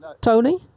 Tony